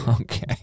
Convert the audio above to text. Okay